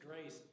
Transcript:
grace